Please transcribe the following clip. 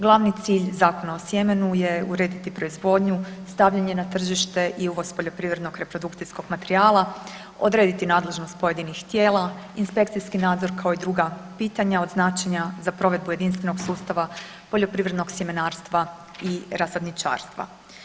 Glavni cilj Zakona o sjemenu je urediti proizvodnju, stavljanje na tržište i uvoz poljoprivrednog reprodukcijskog materijala, odrediti nadležnost pojedinih tijela, inspekcijski nadzor, kao i druga pitanja od značenja za provedbu jedinstvenog sustava poljoprivrednog sjemenarstva i rasadničarstva.